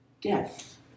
Death